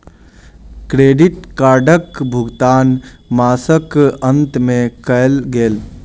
credit कार्डक भुगतान मासक अंत में कयल गेल